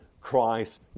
Christ